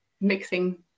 mixing